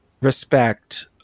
respect